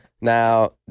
Now